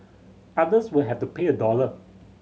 others will have to pay a dollar